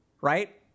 right